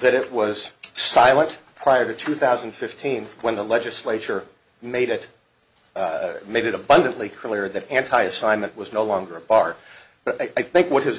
that it was silent prior to two thousand and fifteen when the legislature made it made it abundantly clear that anti assignment was no longer a bar but i think what has